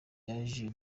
yaje